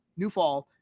Newfall